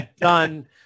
done